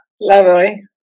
Lovely